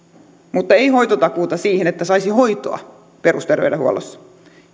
mutta ei ole hoitotakuuta siihen että saisi hoitoa perusterveydenhuollossa